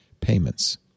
payments